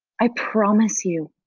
i promise you.